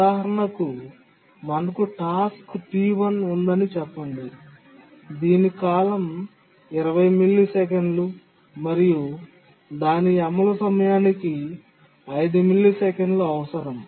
ఉదాహరణకు మనకు task T1 ఉందని చెప్పండి దీని కాలం 20 మిల్లీసెకన్లు మరియు దాని అమలు సమయానికి 5 మిల్లీసెకన్లు అవసరం